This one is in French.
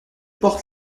porte